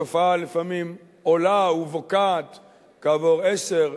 התופעה לפעמים עולה ובוקעת כעבור עשר,